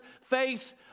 face